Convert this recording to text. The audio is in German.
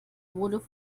wurde